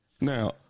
Now